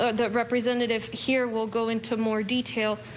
ah the representative here will go into more detail,